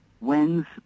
wins